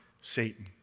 Satan